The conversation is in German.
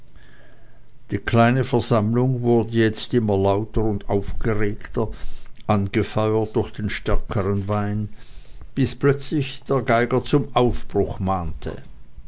die kleine versammlung wurde jetzt immer lauter und aufgeregter angefeuert durch den stärkern wein bis plötzlich der geiger zum aufbruch mahnte